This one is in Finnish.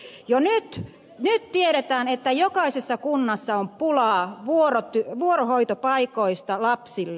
jo nyt tiedetään että jokaisessa kunnassa on pulaa vuorohoitopaikoista lapsille